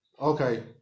okay